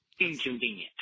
Inconvenient